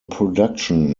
production